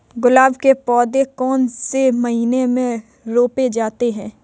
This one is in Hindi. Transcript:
गुलाब के पौधे कौन से महीने में रोपे जाते हैं?